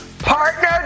partner